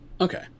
Okay